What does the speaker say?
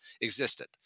existed